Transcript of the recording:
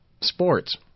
sports